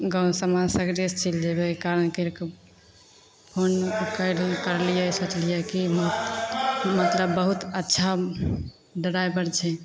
गाम समाज सगरे चलि जेबै कारण करिके फोन करि करलिए सोचलिए कि मतलब बहुत अच्छा ड्राइवर छै